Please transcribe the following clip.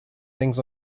things